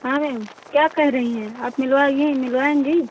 हाँ मैम क्या कहे रहीं हैं आप मिलवाइए मिलवाऍंगी